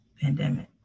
pandemic